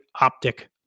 optic